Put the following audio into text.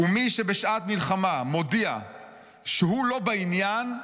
ומי שבשעת מלחמה מודיע שהוא לא בעניין,